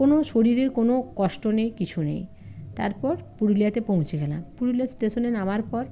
কোনো শরীরের কোনো কষ্ট নেই কিছু নেই তারপর পুরুলিয়াতে পৌঁছে গেলাম পুরুলিয়া স্টেশনে নামার পর